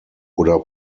oder